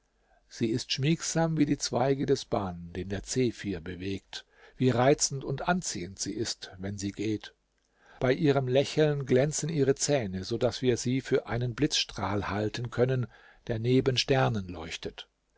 sie ist schmiegsam wie die zweige des ban den der zephyr bewegt wie reizend und anziehend ist sie wenn sie geht bei ihrem lächeln glänzen ihre zähne so daß wir sie für einen blitzstrahl halten können der neben sternen leuchtet